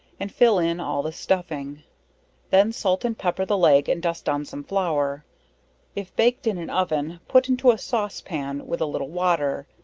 and fill in all the stuffing then salt and pepper the leg and dust on some flour if baked in an oven, put into a sauce pan with a little water,